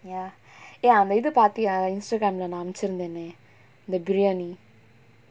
ya ya அந்த இது பாத்தியா:antha ithu paathiyaa instagram lah நா அனுப்சிருந்தனே:naa anupchirunthanae the biryani